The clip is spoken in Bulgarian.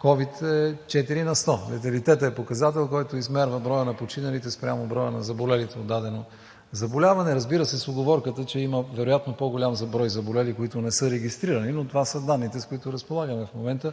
ковид е четири на сто. Леталитетът е показател, който измерва броя на починалите спрямо броя на заболелите от дадено заболяване, разбира се, с уговорката, че има вероятно по голям брой заболели, които не са регистрирани, но това са данните, с които разполагаме в момента.